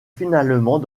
finalement